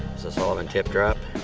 sullivan tip drop,